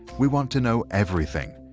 we want to know everything.